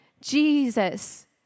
Jesus